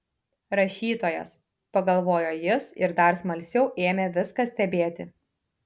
rašytojas pagalvojo jis ir dar smalsiau ėmė viską stebėti